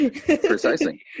Precisely